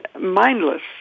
mindless